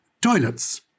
toilets